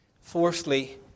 Fourthly